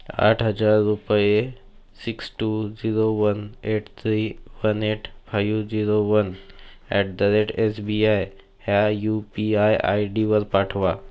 आठ हजार रुपये six two zero one eight three one eight five zero one at the rate S B I ह्या U P I I डीवर पाठवा